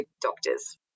doctors